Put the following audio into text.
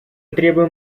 требуем